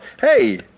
hey